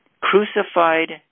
crucified